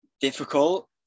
difficult